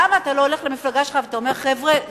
למה אתה לא הולך למפלגה שלך ואומר: חבר'ה,